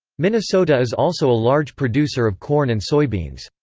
minnesota is also a large producer of corn and soybeans.